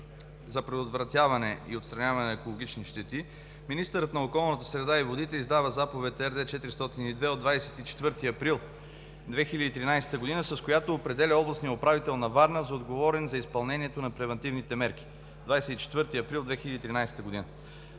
за предотвратяване и отстраняване на екологични щети, министърът на околната среда и водите издава Заповед № РД 402 от 24 април 2013 г., с която определя областният управител на Варна за отговорен за изпълнението на превантивните мерки. Същата година